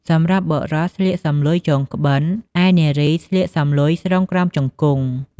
សម្រាប់បុរសស្លៀកសំឡុយចងក្បិន ឯនារីស្លៀកសំឡុយស្រុងក្រោមជង្គង់ ។